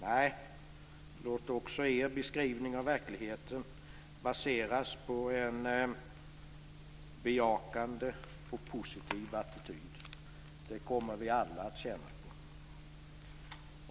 Nej, låt också er beskrivning av verkligheten baseras på en bejakande och positiv attityd. Det kommer vi alla att tjäna på.